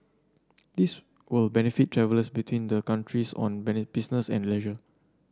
this will benefit travellers between the countries on business and leisure